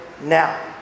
now